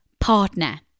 partner